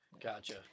Gotcha